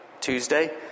Tuesday